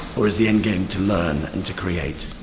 or is the end game to learn and to create?